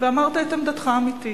ואמרת את עמדתך האמיתית,